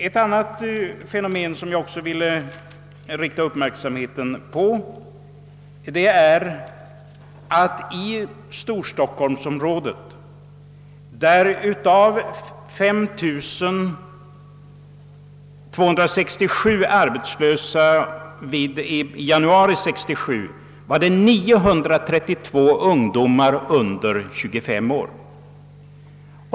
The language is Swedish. Ett annat fenomen som jag vill rikta uppmärksamheten på är att av 5267 arbetslösa i storstockholmsområdet i januari 1967 var 932 ungdomar under 25 år.